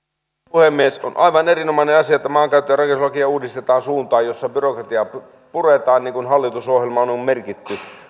puhemies on aivan erinomainen asia että maankäyttö ja rakennuslakia uudistetaan suuntaan jossa byrokratiaa puretaan niin kuin hallitusohjelmaan on merkitty